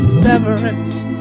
severance